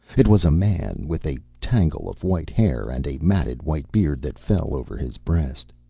it was a man, with a tangle of white hair and a matted white beard that fell over his breast.